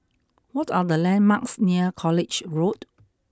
what are the landmarks near College Road